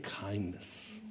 kindness